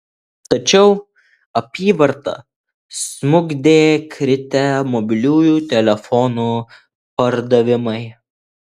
tačiau apyvartą smukdė kritę mobiliųjų telefonų pardavimai